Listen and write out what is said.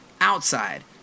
outside